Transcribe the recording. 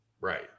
Right